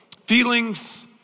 Feelings